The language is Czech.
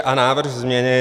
A návrh změny.